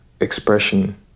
expression